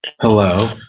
hello